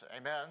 Amen